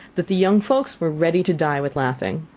that the young folks were ready to die with laughing.